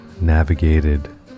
navigated